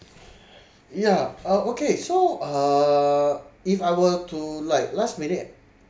yeah uh okay so uh if I were to like last minute